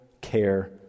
care